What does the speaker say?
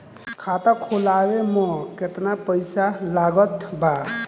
खाता खुलावे म केतना पईसा लागत बा?